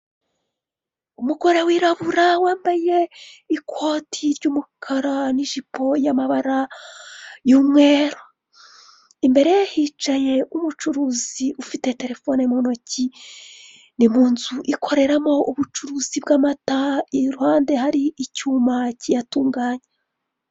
Umugore wirabura wambaye ikoti ry'umukara ni'ijipo y'amabara y'umweru imbere hicaye umucuruzi ufite telefone mu ntoki ni mu nzu ikoreramo ubucuruzi bw'amata iruhande hari icyuma kiyatunganya.